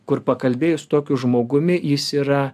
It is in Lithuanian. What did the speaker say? kur pakalbėjus su tokiu žmogumi jis yra